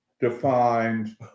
defined